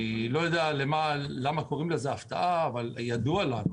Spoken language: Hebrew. אני לא יודע למה קוראים לזה הפתעה, אבל ידוע לנו